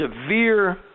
severe